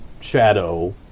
shadow